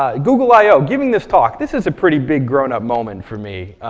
ah google i o, giving this talk. this is a pretty big grown up moment for me.